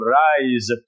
rise